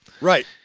Right